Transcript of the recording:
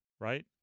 Right